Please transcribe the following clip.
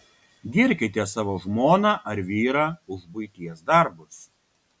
girkite savo žmoną ar vyrą už buities darbus